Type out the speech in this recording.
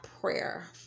prayer